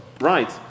Right